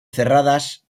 cerradas